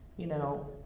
you know,